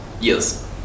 Yes